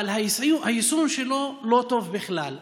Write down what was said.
אבל היישום שלו לא טוב בכלל.